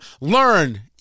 learn